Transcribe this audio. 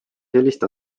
sellist